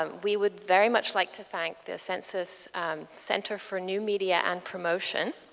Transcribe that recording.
um we would very much like to thank the census centre for new media and promotion,